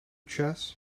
chess